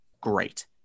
great